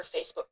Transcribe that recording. Facebook